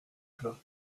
plein